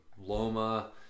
Loma